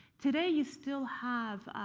today, you still have